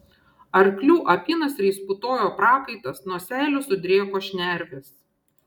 arklių apynasriais putojo prakaitas nuo seilių sudrėko šnervės